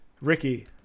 Ricky